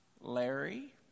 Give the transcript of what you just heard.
Larry